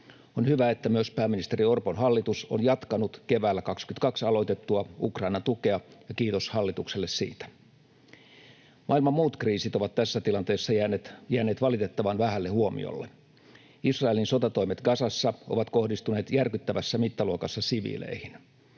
On hyvä, että myös pääministeri Orpon hallitus on jatkanut keväällä 2022 aloitettua Ukrainan tukea. Kiitos hallitukselle siitä. Maailman muut kriisit ovat tässä tilanteessa jääneet valitettavan vähälle huomiolle. Israelin sotatoimet Gazassa ovat kohdistuneet järkyttävässä mittaluokassa siviileihin.